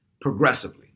progressively